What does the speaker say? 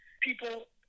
people